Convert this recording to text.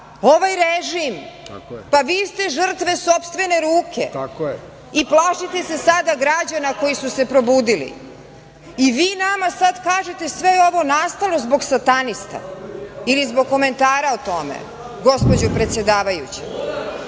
ovaj režim. Pa, vi ste žrtve sopstvene ruke i plašite se sada građana koji su se probudili. Vi nama sad kažete sve je ovo nastalo zbog satanista ili zbog komentara o tome, gospođo predsedavajuća?